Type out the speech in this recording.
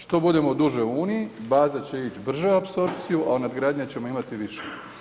Što budemo duže u uniji baza će ići apsorpciju, a nadgradnja ćemo imati više.